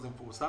זה ממש לא